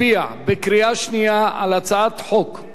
הרשות הארצית לכבאות והצלה,